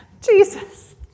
Jesus